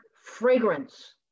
fragrance